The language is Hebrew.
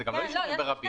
זה גם לא אישורים ברבים.